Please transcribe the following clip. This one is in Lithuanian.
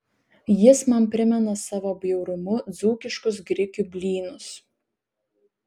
jis man primena savo bjaurumu dzūkiškus grikių blynus